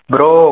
Bro